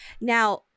now